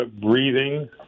breathing